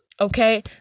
okay